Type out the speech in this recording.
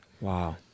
Wow